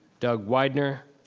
doug wydner,